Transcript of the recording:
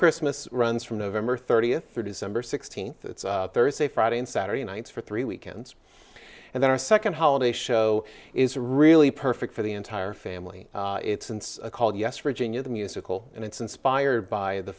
christmas runs from november thirtieth through december sixteenth thursday friday and saturday nights for three weekends and then our second holiday show is really perfect for the entire family it's called yes virginia the musical and it's inspired by the